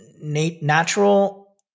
natural